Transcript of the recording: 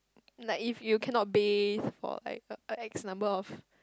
like if you cannot bath or like X number of